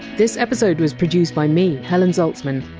this episode was produced by me, helen zaltzman.